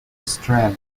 australia